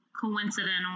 coincidental